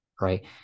right